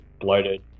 bloated